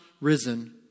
risen